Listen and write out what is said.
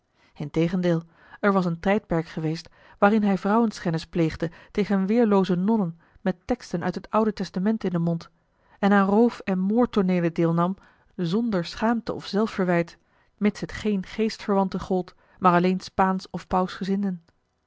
integendeel er was een tijdperk geweest waarin hij vrouwenschennis pleegde tegen weêrlooze nonnen met teksten uit het oude testament in den mond en aan roof en moordtooneelen deelnam zonder schaamte of zelfverwijt mits het geene geestverwanten gold maar alleen spaansch of